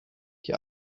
die